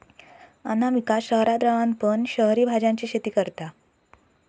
अनामिका शहरात रवान पण शहरी भाज्यांची शेती करता